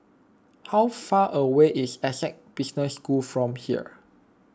how far away is Essec Business School from here